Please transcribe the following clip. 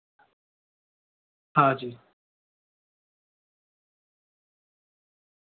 ॾींअं जो आए या बीहो तां कटिजो न मां ॿुधायां तो तहांखे पूछी करे भेण